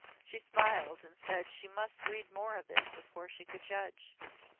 she smiled, and said she must read more of it before she could judge.